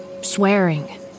swearing